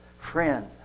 Friend